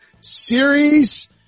series